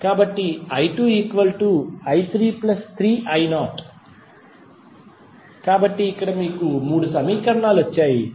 కాబట్టి i2i33I0 కాబట్టి ఇక్కడ మీకు మూడు సమీకరణాలు వచ్చాయి